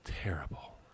terrible